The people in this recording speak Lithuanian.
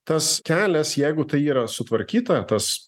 tas kelias jeigu tai yra sutvarkyta tas